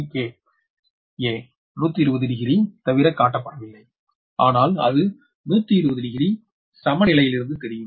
கா 120 டிகிரி தவிர காட்டப்படவில்லை ஆனால் அது 120 டிகிரி சமநிலையிலிருந்து தெரியும்